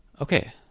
Okay